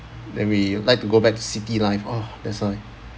then we like to go back to city life oh that's why